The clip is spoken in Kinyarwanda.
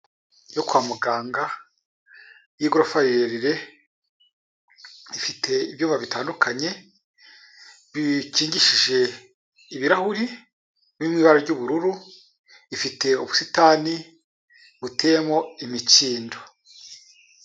Inyubako yo kwa muganga y'igorofa rirerire ifite ibyumat bitandukanye bikigishije ibirahuri biri mu ibara ry'ubururu tifite ubusitani buteyemo imikindo.